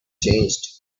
changed